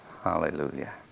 Hallelujah